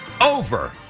Over